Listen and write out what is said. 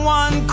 one